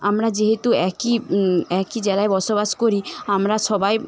আমরা যেহেতু একই একই জায়গায় বসবাস করি আমরা সবাই